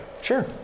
Sure